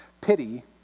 Pity